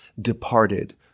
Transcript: departed